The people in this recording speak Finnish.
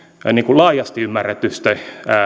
laajasti ymmärretyistä